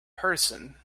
person